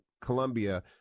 Colombia